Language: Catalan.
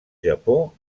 japó